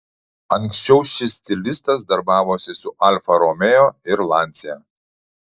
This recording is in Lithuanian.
anksčiau šis stilistas darbavosi su alfa romeo ir lancia